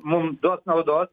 mums duos naudos